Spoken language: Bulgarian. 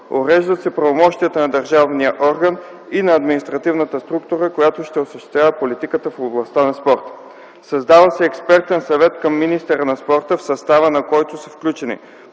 Уреждат се правомощията на държавния орган и на административната структура, която ще осъществява политиката в областта на спорта. Създава се Експертен съвет към министъра на спорта, в състава на който са включени